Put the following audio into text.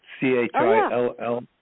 C-H-I-L-L